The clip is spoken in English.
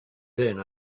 then